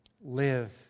live